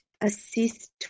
assist